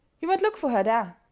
you might look for her there.